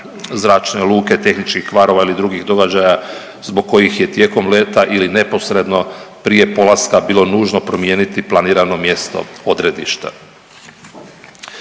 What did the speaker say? zračne luke, tehničkih kvarova ili drugih događaja zbog kojih je tijekom leta ili neposredno prije polaska bilo nužno promijeniti planirano mjesto odredišta.